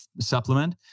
supplement